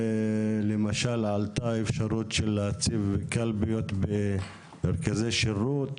למשל עלתה אפשרות של להציב קלפיות במרכזי שירות,